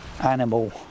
animal